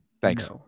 Thanks